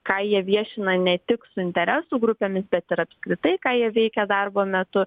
ką jie viešina ne tik su interesų grupėmis bet ir apskritai ką jie veikia darbo metu